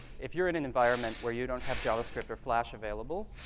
if you're in an environment where you don't have javascript or flash available,